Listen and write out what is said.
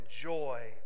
joy